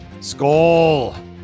skull